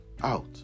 out